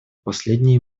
последние